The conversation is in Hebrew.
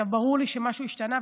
ברור לי שמשהו השתנה,